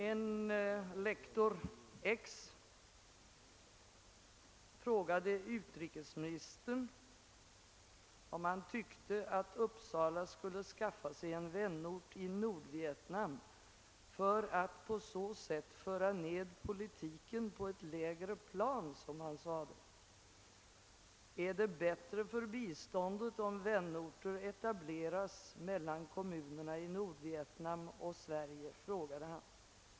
En lektor X frågade utrikesministern om han »tyckte att Uppsala skulle skaffa sig en vänort i Nordvietnam för att på så sätt föra ned politiken på ett lägre plan, som han sade. — Är det bättre för biståndet om vänorter etableras mellan kommunerna i Nordvietnam och Sverige, frågade han.